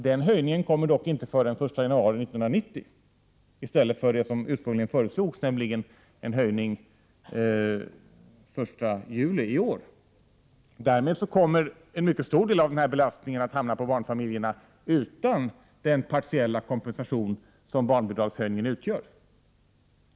Den höjningen kommer dock inte förrän den 1 januari 1990, i stället för vad som ursprungligen föreslogs, nämligen en höjning den 1 juli i år. Därmed kommer en mycket stor del av den här belastningen att hamna på barnfamiljerna, utan den partiella kompensation som barnbidragshöjningen utgör.